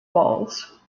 walls